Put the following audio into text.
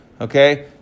Okay